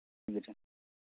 ᱵᱮᱥ